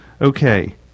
Okay